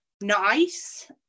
nice